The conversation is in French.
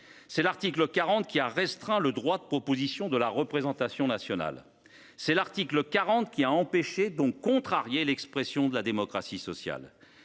C’est l’article 40 qui a restreint le droit de proposition de la représentation nationale. C’est l’article 40 qui a empêché – donc contrarié – l’expression de la démocratie sociale.